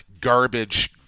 garbage